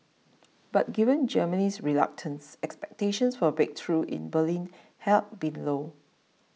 but given Germany's reluctance expectations for a breakthrough in Berlin had been low